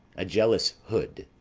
a jealous hood,